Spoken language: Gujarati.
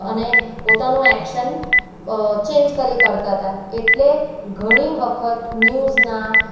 અને પોતાનું એક્શન ચેન્જ કરી કાઢતા તા એટલે ઘણી વખત ન્યૂઝના